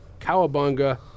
Cowabunga